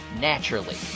naturally